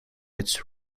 its